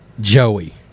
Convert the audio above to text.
Joey